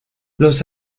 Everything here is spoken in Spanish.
los